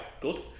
good